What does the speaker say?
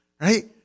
right